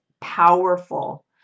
powerful